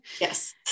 Yes